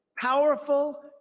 Powerful